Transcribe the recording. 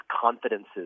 confidences